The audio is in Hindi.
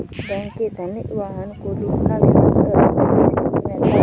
बैंक के धन वाहन को लूटना भी बैंक डकैती श्रेणी में आता है